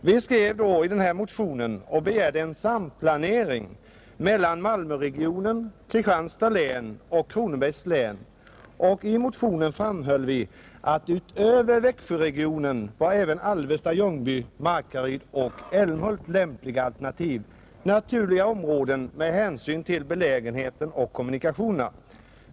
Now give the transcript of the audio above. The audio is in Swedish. Vi skrev då den här motionen och begärde en samplanering mellan Malmöregionen, Kristianstads län och Kronobergs län, I motionen framhöll vi att utöver Växjöregionen var även Alvesta, Ljungby, Markaryd och Älmhult lämpliga och naturliga alternativ med hänsyn till belägenheten och kommunikationerna.